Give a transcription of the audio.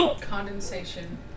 condensation